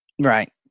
Right